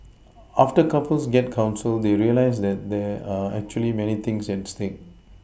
after couples get counselled they realise that there are actually many things at stake